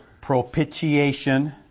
propitiation